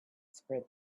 spread